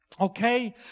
okay